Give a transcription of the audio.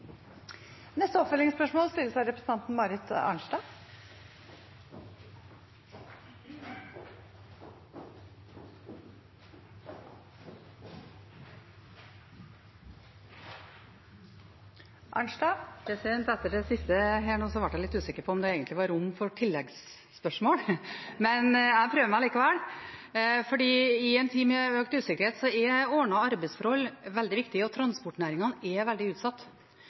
Marit Arnstad – til oppfølgingsspørsmål. Etter det siste ble jeg litt usikker på om det egentlig er rom for tilleggsspørsmål, men jeg prøver meg likevel. I en tid med økt usikkerhet er ordnede arbeidsforhold veldig viktig, og transportnæringen er veldig utsatt.